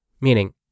Meaning